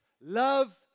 love